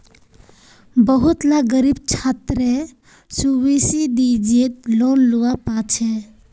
बहुत ला ग़रीब छात्रे सुब्सिदिज़ेद लोन लुआ पाछे